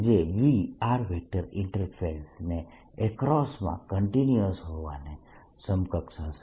જે V ઇન્ટરફેસની એક્રોસમાં કન્ટિન્યુઅસ હોવાને સમકક્ષ હશે